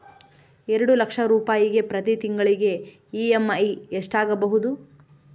ಎರಡು ಲಕ್ಷ ರೂಪಾಯಿಗೆ ಪ್ರತಿ ತಿಂಗಳಿಗೆ ಇ.ಎಮ್.ಐ ಎಷ್ಟಾಗಬಹುದು?